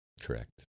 Correct